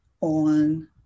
on